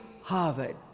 Harvard